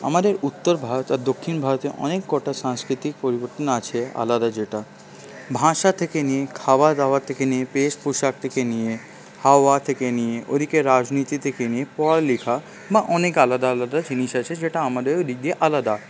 আমাদের উত্তর ভারত আর দক্ষিণ ভারতে অনেককটা সাংস্কৃতিক পরিবর্তন আছে আলাদা যেটা ভাষা থেকে নিয়ে খাওয়া দাওয়া থেকে নিয়ে পেশ পোশাক থেকে নিয়ে হাওয়া থেকে নিয়ে ওদিকে রাজনীতি থেকে নিয়ে পড়ালেখা বা অনেক আলাদা আলাদা জিনিস আছে যেটা আমাদের ওইদিক দিয়ে আলাদা